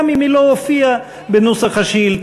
גם אם היא לא הופיעה בנוסח השאילתה.